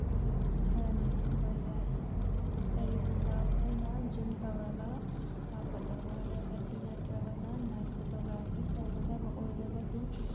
ꯈꯔ ꯅꯤꯡꯁꯤꯡꯕ ꯌꯥꯏ ꯀꯔꯤꯒꯨꯝꯕ ꯑꯩꯈꯣꯏꯅ ꯖꯨꯝ ꯇꯧꯔꯒ ꯀꯥꯞꯀꯗꯕ ꯑꯣꯏꯔꯒꯗꯤ ꯅꯠꯇ꯭ꯔꯒꯅ ꯅꯥꯏꯠ ꯐꯣꯇꯣꯒ꯭ꯔꯥꯐꯤ ꯇꯧꯒꯗꯕ ꯑꯣꯏꯔꯒꯗꯤ